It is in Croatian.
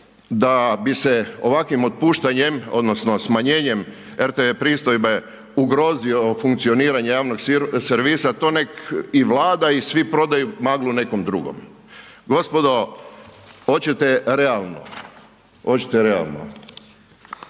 da bi se ovakvim otpuštanjem odnosno smanjenjem rtv pristojbe ugrozilo funkcioniranje javnog servisa to nek i Vlada i svi prodaju maglu nekom drugom. Gospodo očete realno, očete realno,